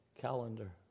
calendar